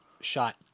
shot